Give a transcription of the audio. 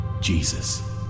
Jesus